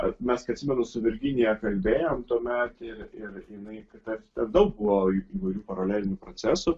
mes kai atsimenu su virginija kalbėjom tuomet ir jinai kada daug buvo įvairių paralelinių procesų